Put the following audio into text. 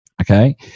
okay